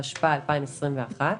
התשפ"א-2021.